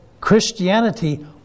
Christianity